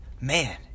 man